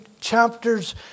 chapters